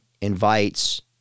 invites